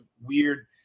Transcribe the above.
weird